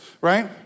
right